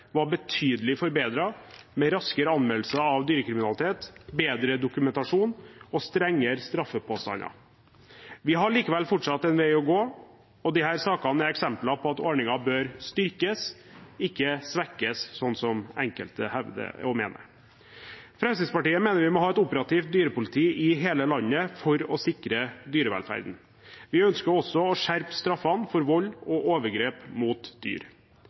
var betydelig forbedret, med raskere anmeldelser av dyrekriminalitet, bedre dokumentasjon og strengere straffepåstander. Vi har likevel fortsatt en vei å gå, og disse sakene er eksempler på at ordningen bør styrkes, ikke svekkes, slik som enkelte hevder og mener. Fremskrittspartiet mener vi må ha et operativt dyrepoliti i hele landet for å sikre dyrevelferden. Vi ønsker også å skjerpe straffene for vold og overgrep mot dyr.